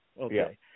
Okay